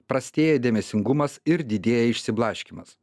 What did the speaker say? prastėja dėmesingumas ir didėja išsiblaškymas